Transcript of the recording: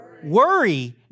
Worry